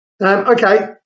Okay